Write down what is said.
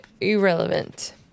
irrelevant